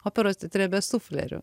operos teatre be suflerių